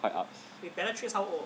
quite upz